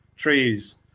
Trees